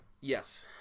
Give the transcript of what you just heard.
Yes